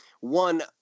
One